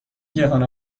گیاهان